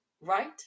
Right